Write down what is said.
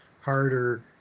harder